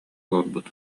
олорбут